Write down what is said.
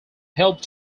helped